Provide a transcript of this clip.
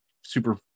super